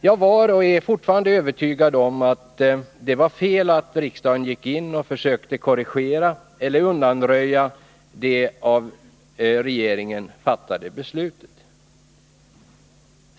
Jag var och är fortfarande övertygad om att det var fel att riksdagen gick in och försökte korrigera eller undanröja det av regeringen fattade beslutet.